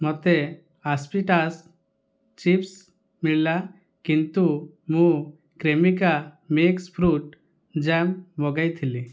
ମୋତେ ଆସ୍ପିଟାସ୍ ଚିପ୍ସ୍ ମିଳିଲା କିନ୍ତୁ ମୁଁ କ୍ରେମିକା ମିକ୍ସ୍ ଫ୍ରୁଟ୍ ଜାମ୍ ମଗାଇଥିଲି